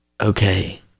okay